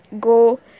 go